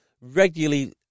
regularly